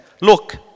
look